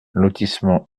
lotissement